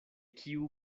kiu